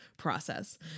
process